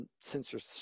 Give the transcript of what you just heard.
censorship